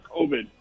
COVID